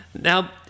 Now